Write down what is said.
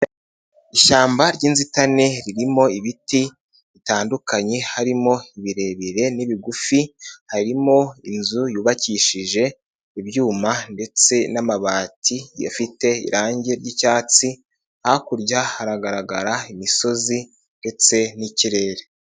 Ishyamba ry'inzitane ririmo ibiti bitandukanye, harimo birebire n'ibigufi, harimo inzu yubakishije ibyuma ndetse n'amabati, ifite irangi ry'icyatsi, hakurya haragaragara imisozi ndetse n'ikirere.